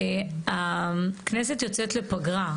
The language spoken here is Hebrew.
הכנסת יוצאת לפגרה.